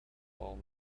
all